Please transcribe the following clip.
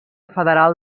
federal